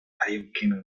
أيمكنني